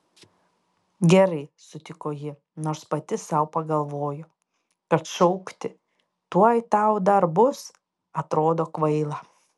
gerai sutiko ji nors pati sau pagalvojo kad šaukti tuoj tau dar bus atrodo kvaila